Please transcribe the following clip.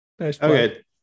okay